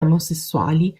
omosessuali